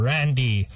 Randy